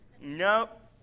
Nope